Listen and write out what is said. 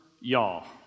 y'all